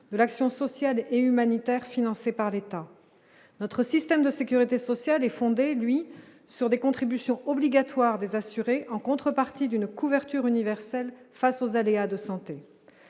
de l'action sociale et humanitaire financés par l'État, notre système de sécurité sociale et fondé lui sur des contributions obligatoires des assurés en contrepartie d'une couverture universelle face aux aléas de santé